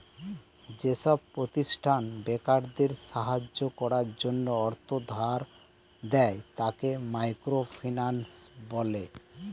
যেসব প্রতিষ্ঠান বেকারদের সাহায্য করার জন্য অর্থ ধার দেয়, তাকে মাইক্রো ফিন্যান্স বলে